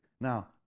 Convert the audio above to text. Now